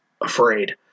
afraid